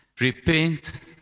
repent